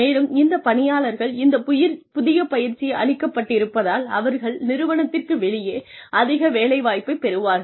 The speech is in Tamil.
மேலும் இந்த பணியாளர்கள் இந்த புதிய பயிற்சி அளிக்கப்பட்டிருப்பதால் அவர்கள் நிறுவனத்திற்கு வெளியே அதிக வேலைவாய்ப்பைப் பெறுவார்கள்